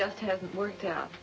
just hasn't worked out